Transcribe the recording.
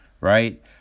right